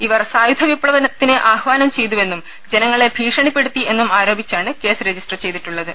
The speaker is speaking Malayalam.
ഇവർ സായുധ വിപ്ലവത്തിന് ചെയ് തുവെന്നും ആഹഹാനം ജനങ്ങളെ ഭീഷണിപ്പെടുത്തി എന്നും ആരോപിച്ചാണ് കേസ് രജിസ്റ്റർ ചെയ്തിട്ടുള്ളത്